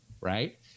right